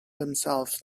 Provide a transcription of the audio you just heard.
themselves